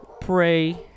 pray